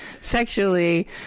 sexually